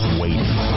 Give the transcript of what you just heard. waiting